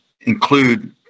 include